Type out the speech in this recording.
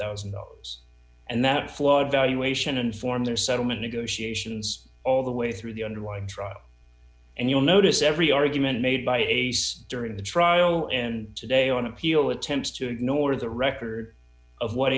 thousand dollars and that flawed valuation informed their settlement negotiations all the way through the underlying trial and you'll notice every argument made by ace during the trial and today on appeal attempts to ignore the record of what